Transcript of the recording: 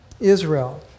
Israel